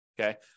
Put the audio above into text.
Okay